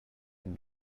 been